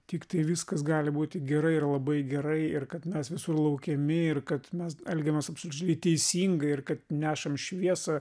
tiktai viskas gali būti gerai ir labai gerai ir kad mes visur laukiami ir kad mes elgiamės absoliučiai teisingai ir kad nešam šviesą